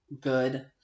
good